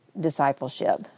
discipleship